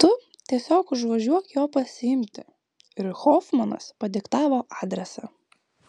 tu tiesiog užvažiuok jo pasiimti ir hofmanas padiktavo adresą